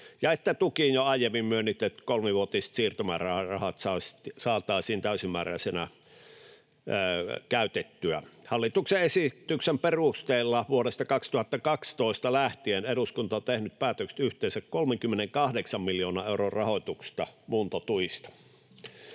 se, että tukiin jo aiemmin myönnetyt kolmivuotiset siirtomäärärahat saataisiin täysimääräisinä käytettyä. Hallituksen esityksen perusteella vuodesta 2012 lähtien eduskunta on tehnyt päätökset yhteensä 38 miljoonan euron rahoituksesta muuntotukiin.